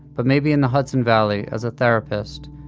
but maybe in the hudson valley as a therapist,